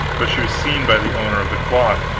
but she was seen by the owner of the cloth.